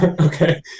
okay